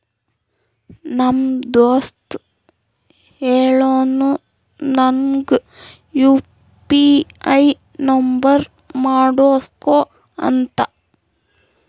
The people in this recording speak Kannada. ನಮ್ ದೋಸ್ತ ಹೇಳುನು ನಂಗ್ ಯು ಪಿ ಐ ನುಂಬರ್ ಮಾಡುಸ್ಗೊ ಅಂತ